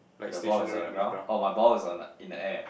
the ball is on the ground oh my ball is on the in the air